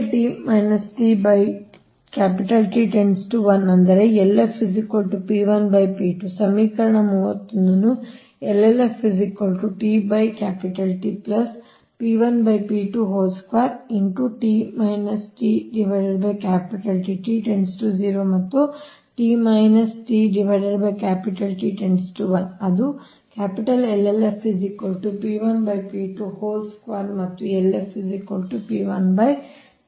- 1 ಅಂದರೆ ಸಮೀಕರಣ 31 ನ್ನು ಮತ್ತು ಅದು ಮತ್ತು LF